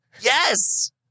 Yes